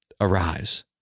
Arise